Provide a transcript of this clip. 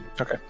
Okay